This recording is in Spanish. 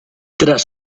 tras